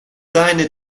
deine